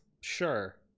sure